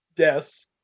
Yes